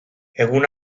egun